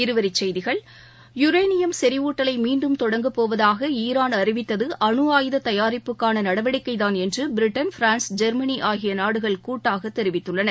இருவரி செய்திகள் யுரேனியம் செறிவூட்டலை மீண்டும் தொடங்க போவதாக ஈரான் அறிவித்தது அணுஆயுத தயாரிப்புக்கான நடவடிக்கைதான் என்று பிரிட்டன் பிரான்ஸ் ஜெர்மனி ஆகிய நாடுகள் கூட்டாக தெரிவித்துள்ளன